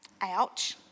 Ouch